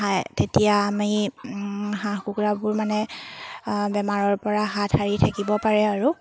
তেতিয়া আমি হাঁহ কুকুৰাবোৰ মানে বেমাৰৰ পৰা হাত সাৰি থাকিব পাৰে আৰু